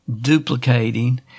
duplicating